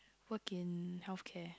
work in healthcare